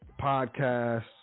podcast